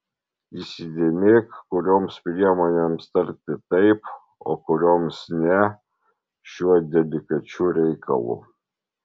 įsidėmėk kurioms priemonėms tarti taip o kurioms ne šiuo delikačiu reikalu